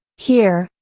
here,